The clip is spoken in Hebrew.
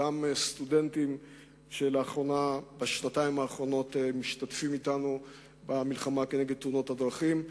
הסטודנטים שבשנתיים האחרונות משתתפים אתנו במלחמה בתאונות הדרכים,